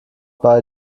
bei